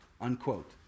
unquote